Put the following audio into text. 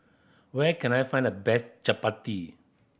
where can I find the best chappati